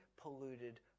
polluted